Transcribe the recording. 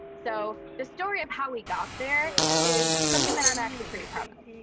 so the story of how we got there is something that i'm actually pretty proud of.